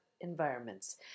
environments